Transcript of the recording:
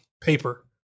paper